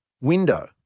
window